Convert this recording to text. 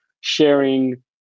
sharing